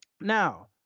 now